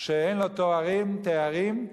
שאין לו תארים יכול